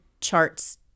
charts